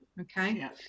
okay